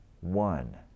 one